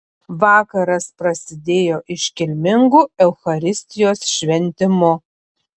vakaras prasidėjo iškilmingu eucharistijos šventimu